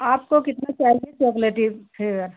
आपको कितना चाहिए चौकलेटी फ़्लेवर